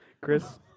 Chris